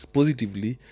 positively